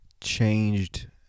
changed